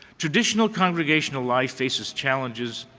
traditional congregational life faces challenges,